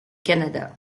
canada